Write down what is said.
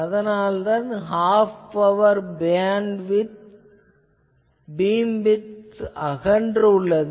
அதனால்தான் half power beamwidth அகன்று உள்ளது